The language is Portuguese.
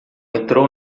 entrou